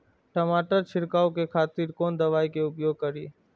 टमाटर छीरकाउ के खातिर कोन दवाई के उपयोग करी?